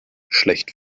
schlecht